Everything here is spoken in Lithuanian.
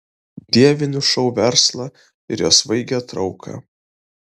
dievinu šou verslą ir jo svaigią trauką